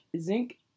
Zinc